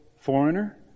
foreigner